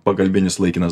pagalbinis laikinas